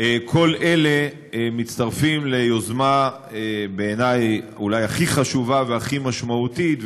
כל אלה מצטרפים ליוזמה שבעיני היא אולי הכי חשובה והכי משמעותית,